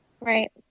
right